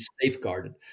safeguarded